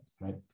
right